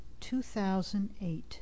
2008